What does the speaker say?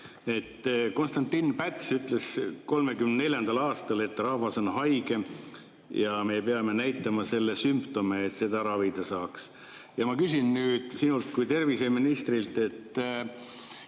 Konstantin Päts ütles 1934. aastal, et rahvas on haige ja me peame näitama selle sümptomeid, et seda ravida saaks. Ma küsin nüüd sinult kui terviseministrilt,